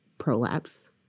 Prolapse